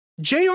JR